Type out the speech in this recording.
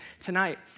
tonight